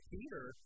Peter